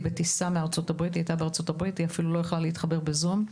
היא בטיסה מארצות הברית ואפילו לא יכלה להתחבר לדיון בזום,